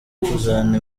kuzana